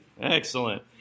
Excellent